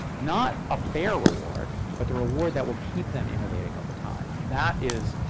not a fair reward, but the reward that will keep them innovating over time. that is